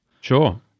Sure